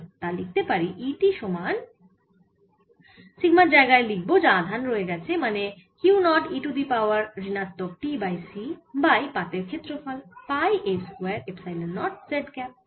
আমরা তা লিখতে পারি E t হিসেবে সিগমার যায়গায় লিখব যা আধান রয়ে গেছে মানে Q 0 e to the power ঋণাত্মক t বাই RC বাই পাতের ক্ষেত্রফল pi a square epsilon naught z cap